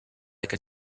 like